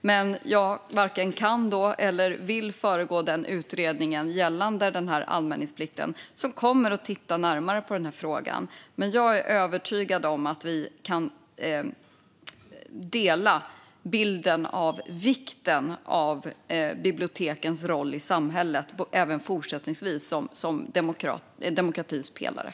Jag varken kan eller vill föregripa utredningen gällande anmälningsplikten, som kommer att titta närmare på denna fråga. Men jag är övertygad om att vi kan dela synen på vikten av bibliotekens roll i samhället som demokratins pelare även fortsättningsvis.